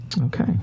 Okay